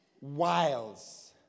wiles